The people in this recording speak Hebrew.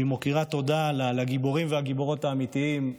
שהיא מכירה תודה לגיבורים והגיבורות האמיתיים,